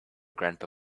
grandpa